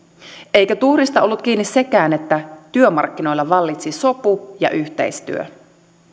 eikä tuurista ollut kiinni sekään että työmarkkinoilla vallitsi sopu ja yhteistyö